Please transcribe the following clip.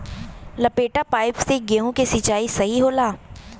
लपेटा पाइप से गेहूँ के सिचाई सही होला?